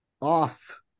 off